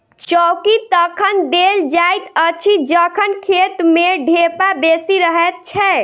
चौकी तखन देल जाइत अछि जखन खेत मे ढेपा बेसी रहैत छै